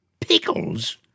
Pickles